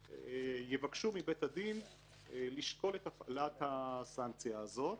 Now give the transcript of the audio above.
יבקשו מבית הדין לשקול את הפעלת הסנקציה הזו,